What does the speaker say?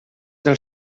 del